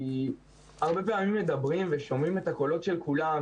כי הרבה פעמים מדברים ושומעים את הקולות של כולם,